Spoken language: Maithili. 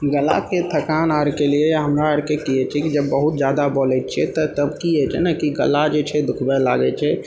गलाके थकान आरके लिये हमरा आरके की होइ छै कि जब बहुत जादा बोलय छियै तऽ तब की होइ छै ने कि गला जे छै दुखबय लागय छै